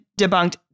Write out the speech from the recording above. debunked